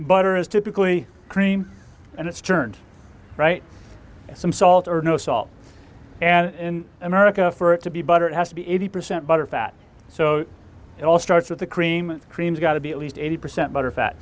butter is typically cream and it's turned right some salt or no salt and in america for it to be butter it has to be eighty percent butterfat so it all starts with the cream creams got to be at least eighty percent